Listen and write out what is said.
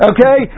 Okay